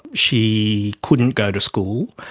she couldn't go to school.